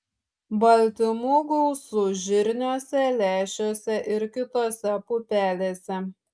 baltymų gausu žirniuose lęšiuose ir kitose pupelėse